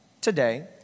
today